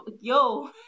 yo